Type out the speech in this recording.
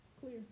clear